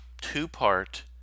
two-part